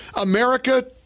America